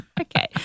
Okay